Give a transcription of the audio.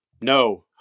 No